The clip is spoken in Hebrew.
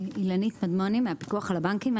אני מהפיקוח על הבנקים.